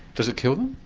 does it kill them?